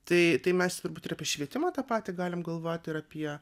tai tai mes turbūt ir apšvietimą tą patį galim galvoti ir apie